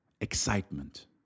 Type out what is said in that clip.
Excitement